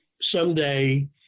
someday